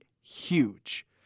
huge